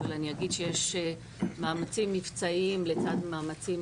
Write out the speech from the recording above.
אבל אני אגיד שיש מאמצים מבצעיים לצד מאמצים